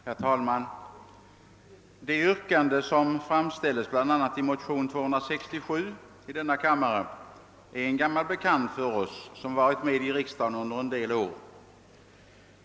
Herr talman! Det yrkande som framställs bl.a. i motion II: 267 är en gammal bekant som varit med i riksdagen i en del år.